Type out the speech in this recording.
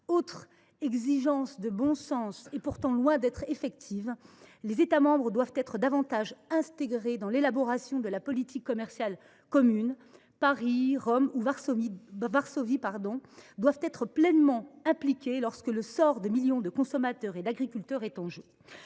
autre exigence de bon sens, et pourtant loin d’être effective, les États membres doivent être davantage intégrés dans l’élaboration de la politique commerciale commune. Paris, Rome ou Varsovie doivent être pleinement impliqués lorsque le sort de millions de consommateurs et d’agriculteurs est en jeu.